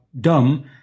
dumb